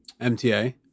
mta